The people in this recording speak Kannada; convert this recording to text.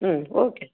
ಹ್ಞೂ ಓಕೆ